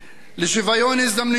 לשוויון הזדמנויות,